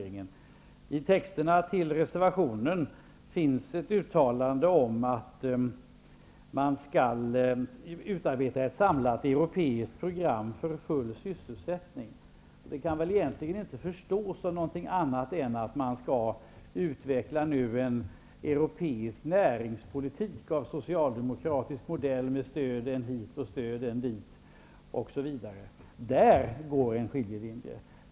I reservationen finns ett uttalande om att man skall utarbeta ett samlat europeiskt program för full sysselsätting. Det kan väl egentligen inte förstås på något annat sätt än att man nu skall utveckla en europeisk näringspolitik av socialdemokratisk modell med stöd än hit och än dit, osv. Där går en skiljelinje.